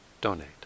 donate